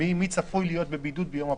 מי צפוי להיות בבידוד ביום הבחירות.